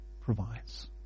provides